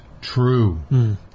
true